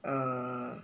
err